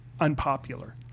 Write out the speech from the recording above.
unpopular